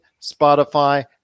Spotify